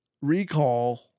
recall